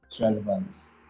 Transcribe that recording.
relevance